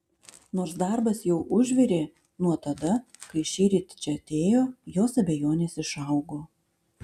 nors darbas jau užvirė nuo tada kai šįryt čia atėjo jos abejonės išaugo